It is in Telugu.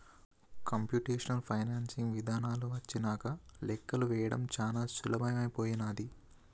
కంప్యుటేషనల్ ఫైనాన్సింగ్ ఇదానాలు వచ్చినంక లెక్కలు వేయడం చానా సులభమైపోనాది